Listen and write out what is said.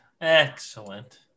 Excellent